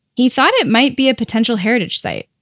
he thought it might be a potential heritage site,